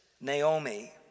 Naomi